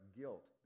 guilt